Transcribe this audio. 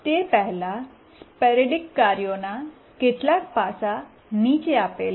તે પહેલાં સ્પોરૈડિક કાર્યોના કેટલાક પાસા નીચે આપેલા છે